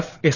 F S